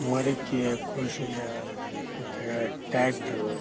ಮಡಿಕೆ ಕೃಷಿಯ ಮತ್ತು ಟ್ಯಾಕ್ಟ್ರು